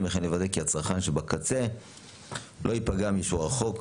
וכל לוודא כי הצרכן שבקצה לא ייפגע מאישור החוק.